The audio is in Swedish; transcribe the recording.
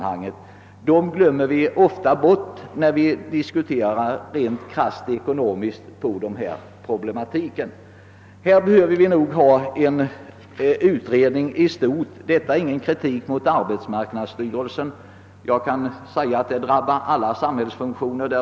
De människorna glömmer vi ofta bort, när vi diskuterar problemen krasst ekonomiskt. Där menar jag att vi behöver en utredning i stort. Detta är inte någon kritik mot arbetsmarknadsstyrelsen, utan det är ett påpekande som rör alla samhällsfunktioner.